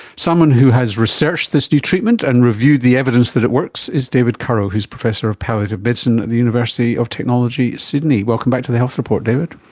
someone who has researched this new treatment and reviewed the evidence that it works is david currow who is professor of palliative medicine at the university of technology sydney. welcome back to the health report, david.